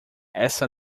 essa